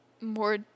more